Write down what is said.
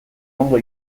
ondo